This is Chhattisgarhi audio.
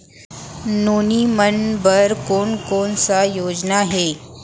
नोनी मन बर कोन कोन स योजना हे?